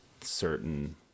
certain